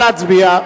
נא להצביע.